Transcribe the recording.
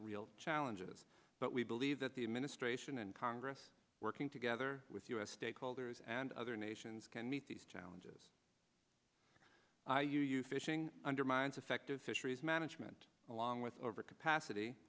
real challenges but we believe that the administration and congress working together with us stakeholders and other nations can meet these challenges you use fishing undermines effective fisheries management along with overcapacity